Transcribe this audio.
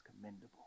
commendable